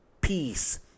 peace